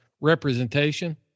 representation